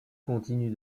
continue